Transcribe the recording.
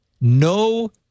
no